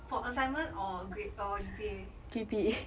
for assignment or grade or G_P_A